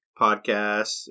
podcast